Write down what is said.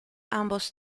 ambos